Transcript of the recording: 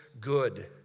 good